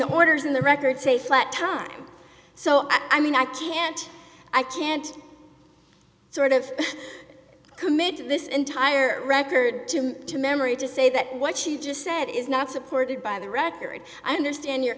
the orders in the record say flat time so i mean i can't i can't sort of committing this entire record to memory to say that what she just said is not supported by the record i understand your